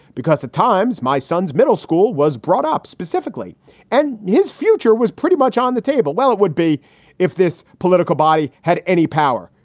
because at times my son's middle school was brought up specifically and his future was pretty much on the table well, it would be if this political body had any power.